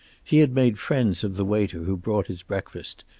he had made friends of the waiter who brought his breakfast,